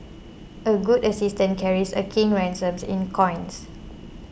a good assistant carries a king's ransom in coins